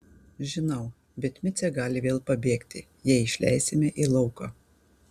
žinau bet micė gali vėl pabėgti jei išleisime į lauką